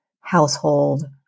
household